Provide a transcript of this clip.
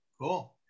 Cool